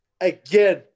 again